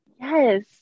Yes